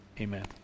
Amen